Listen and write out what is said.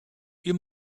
you